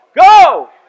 go